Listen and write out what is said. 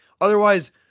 otherwise